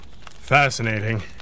fascinating